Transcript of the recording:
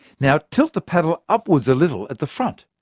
now tilt the paddle upwards a little at the front.